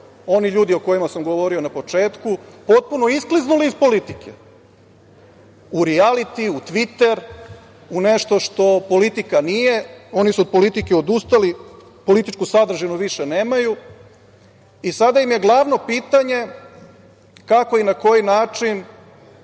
oni ljudi o kojima sam govorio na početku potpuno iskliznuli iz politike, u rijalitiju, u „Tviter“, u nešto što politika nije, oni su od politike odustali, političku sadržinu više nemaju i sada im je glavno pitanje kako i na koji način